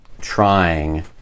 trying